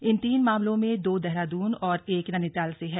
इन तीन मामलों में दो देहरादून और एक नैनीताल से है